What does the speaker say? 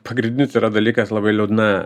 pagrindinis yra dalykas labai liūdna